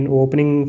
opening